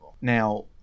Now